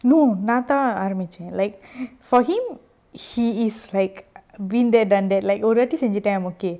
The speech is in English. no நாதா ஆரம்பிச்ச:natha aarambicha like for him he is like been there done that like ஒரு வாட்டி செஞ்சிட்ட:oru vaati senjita I'm okay